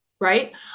right